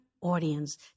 audience